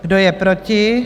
Kdo je proti?